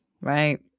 Right